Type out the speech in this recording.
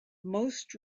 most